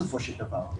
בסופו של דבר.